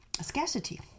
scarcity